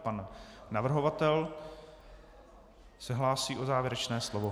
Pan navrhovatel se hlásí o závěrečné slovo.